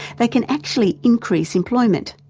they can actually increase employment.